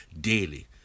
daily